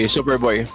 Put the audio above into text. Superboy